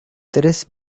tres